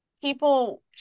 people